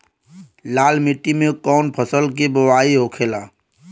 लाल मिट्टी में कौन फसल के बोवाई होखेला?